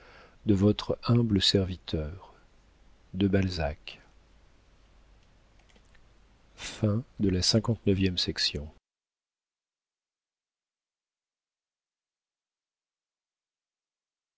de votre humble serviteur de balzac